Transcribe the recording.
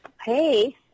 Hey